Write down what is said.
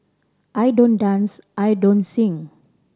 I don't dance I don't sing